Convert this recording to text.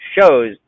shows